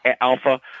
alpha